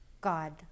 God